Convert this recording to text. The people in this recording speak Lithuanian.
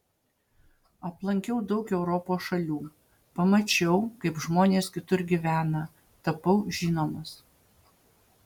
aplankiau daug europos šalių pamačiau kaip žmonės kitur gyvena tapau žinomas